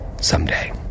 someday